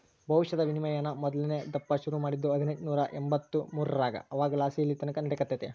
ಭವಿಷ್ಯದ ವಿನಿಮಯಾನ ಮೊದಲ್ನೇ ದಪ್ಪ ಶುರು ಮಾಡಿದ್ದು ಹದಿನೆಂಟುನೂರ ಎಂಬಂತ್ತು ಮೂರರಾಗ ಅವಾಗಲಾಸಿ ಇಲ್ಲೆತಕನ ನಡೆಕತ್ತೆತೆ